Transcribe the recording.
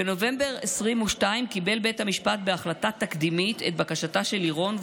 בנובמבר 2022 קיבל בית המשפט בהחלטה תקדימית את בקשתה של לירון,